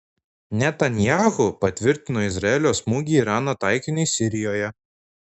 netanyahu patvirtino izraelio smūgį irano taikiniui sirijoje